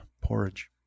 porridge